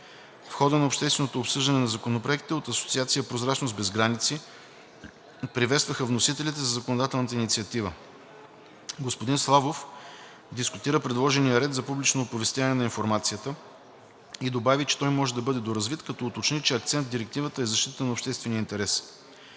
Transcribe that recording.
В хода на общественото обсъждане на законопроектите от асоциация „Прозрачност без граници“ приветстваха вносителите на законодателната инициатива. Господин Славов дискутира предложения ред за публично оповестяване на информацията и добави, че той може да бъде доразвит, като уточни, че акцент в Директивата е защитата на обществения интерес.